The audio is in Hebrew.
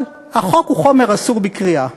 אבל החוק הוא חומר אסור בקריאה,